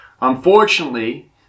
Unfortunately